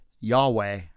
Yahweh